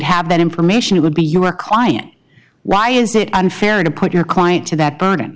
have that information it would be your client why is it unfair to put your client to that burden